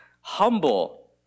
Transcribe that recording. humble